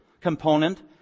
component